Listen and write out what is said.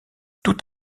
tout